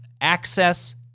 access